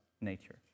nature